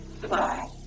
Goodbye